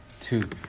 two